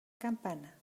campana